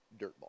dirtball